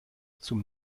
zum